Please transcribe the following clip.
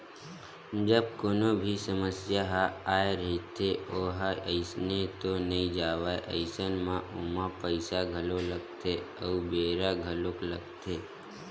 जब कोनो भी समस्या ह आय रहिथे ओहा अइसने तो नइ जावय अइसन म ओमा पइसा घलो लगथे अउ बेरा घलोक लगथे